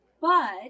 but-